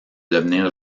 devenir